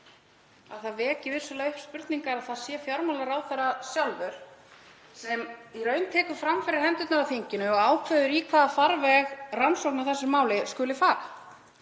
að það veki vissulega upp spurningar að það sé fjármálaráðherra sjálfur sem í raun tekur fram fyrir hendurnar á þinginu og ákveður í hvaða farveg rannsókn á þessu máli skuli fara.